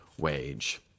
wage